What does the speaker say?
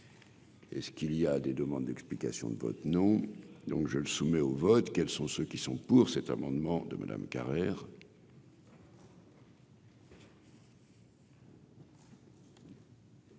Et ce qu'il y a des demandes d'explications de vote non, donc je le soumet au vote, quels sont ceux qui sont pour cet amendement de Madame Carrère.